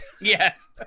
Yes